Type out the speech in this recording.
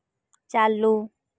ᱪᱟᱞᱩ